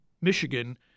Michigan